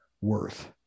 worth